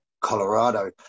Colorado